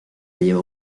lleva